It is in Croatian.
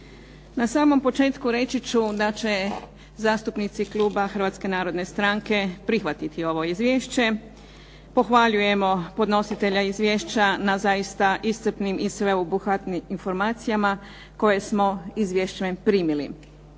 Na samom početku reći ću da će zastupnici kluba Hrvatske narodne stranke prihvatiti ovo izvješće. Pohvaljujemo podnositelja izvješća na zaista iscrpnim i sveobuhvatnim informacijama koje smo izvješćem primili.